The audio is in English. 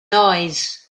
noise